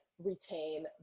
retain